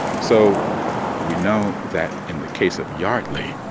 so we know that in the case of yardley,